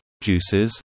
juices